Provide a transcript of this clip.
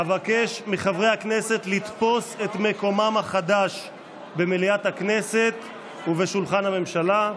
אבקש מחברי הכנסת לתפוס את מקומם החדש במליאת הכנסת ובשולחן הממשלה.